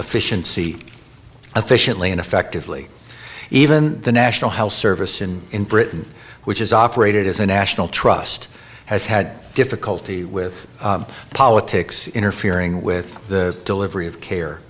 efficiently and effectively even the national health service in britain which is operated as a national trust has had difficulty with politics interfering with the delivery of care